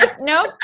nope